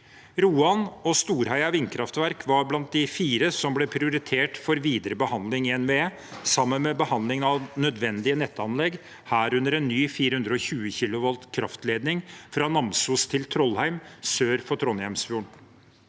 Roan og Storheia vindkraftverk var blant de fire som ble prioritert for videre behandling i NVE, sammen med behandlingen av nødvendige nettanlegg, herunder en ny 420 kV kraftledning fra Namsos til Trollheim, sør for Trondheimsfjorden.